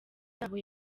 yabo